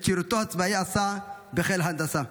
ואת שירותו הצבאי עשה בחיל ההנדסה.